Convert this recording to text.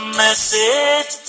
message